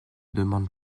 demande